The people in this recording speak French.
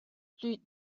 plus